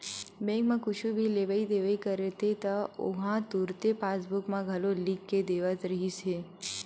bank म कुछु भी लेवइ देवइ करते त उहां तुरते पासबूक म घलो लिख के देवत रिहिस हे